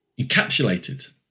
encapsulated